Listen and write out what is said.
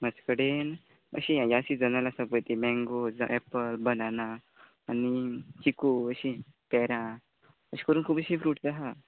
म्हाज कडेन अशीं या सिजनान आसता पळय तीं मँगो जा एप्पल बनाना आनी चिकू अशीं पेरां अश करून खूब अशीं फ्रुट्स आसा